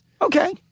Okay